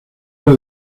era